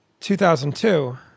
2002